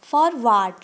forward